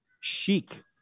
chic